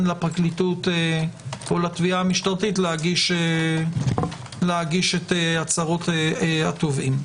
לפרקליטות או לתביעה המשטרתית להגיש הצהרות התובעים.